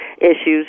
issues